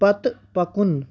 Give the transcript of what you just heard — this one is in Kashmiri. پَتہٕ پَکُن